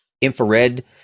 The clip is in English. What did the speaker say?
infrared